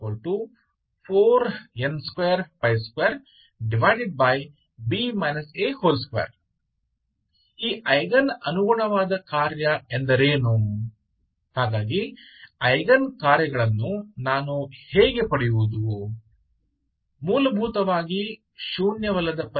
तो मैं eigen function को कैसे प्राप्त करूं अनिवार्य रूप से आपको देखना होगा की गैर शून्य समाधान क्या है